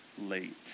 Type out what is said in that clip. late